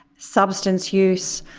substance use,